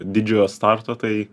didžiojo starto tai